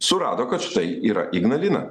surado kad štai yra ignalina